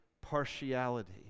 partiality